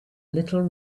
little